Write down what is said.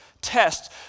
tests